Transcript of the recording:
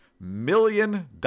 million